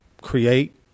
create